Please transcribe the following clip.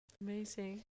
amazing